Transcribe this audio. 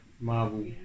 Marvel